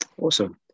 awesome